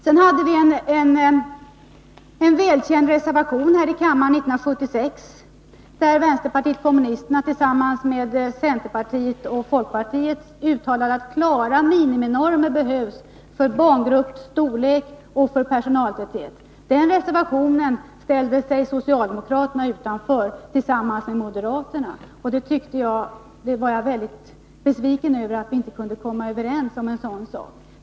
Vi hade en välkänd reservation här i kammaren 1976, där vänsterpartiet kommunisterna tillsammans med centerpartiet och folkpartiet uttalade att klara miniminormer behövs för barngruppsstorlek och för personaltäthet. Den reservationen ställde sig socialdemokraterna utanför tillsammans med moderaterna. Jag var mycket besviken över att vi inte kunde komma överens om en sådan sak.